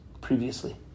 previously